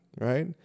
right